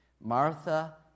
Martha